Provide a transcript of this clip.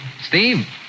Steve